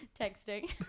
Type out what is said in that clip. ...texting